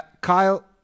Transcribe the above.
Kyle